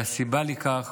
והסיבה לכך